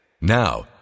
Now